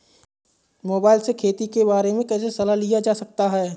Mobile से खेती के बारे कैसे सलाह लिया जा सकता है?